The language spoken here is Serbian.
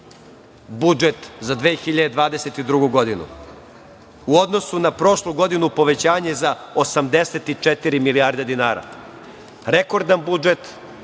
budžet za 2022. godinu. U odnosu na prošlu godinu, povećanje za 84 milijarde dinara. Rekordan budžet,